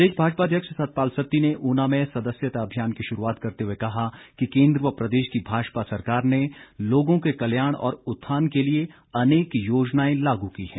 प्रदेश भाजपा अध्यक्ष सतपाल सत्ती ने ऊना में सदस्यता अभियान की शुरू आत करते हुए कहा कि केंद्र व प्रदेश की भाजपा सरकार ने लोगों के कल्याण और उत्थान के लिए अनेक योजनाएं लागू की हैं